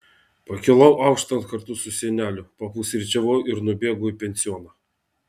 pakilau auštant kartu su seneliu papusryčiavau ir nubėgau į pensioną